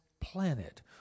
planet